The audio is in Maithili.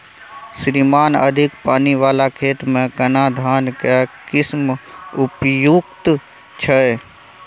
श्रीमान अधिक पानी वाला खेत में केना धान के किस्म उपयुक्त छैय?